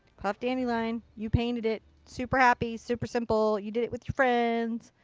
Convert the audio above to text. puff dandelion. you painted it. super happy. super simple. you did it with your friends.